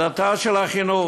הדתה של החינוך.